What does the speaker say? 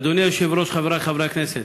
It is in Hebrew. אדוני היושב-ראש, חברי חברי הכנסת,